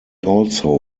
also